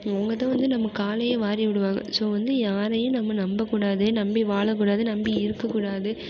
அவங்க தான் வந்து நம்ம காலையே வாரி விடுவாங்க ஸோ வந்து யாரையும் நம்ம நம்பக்கூடாது நம்பி வாழக்கூடாது நம்பி இருக்கக்கூடாது